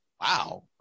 wow